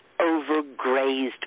overgrazed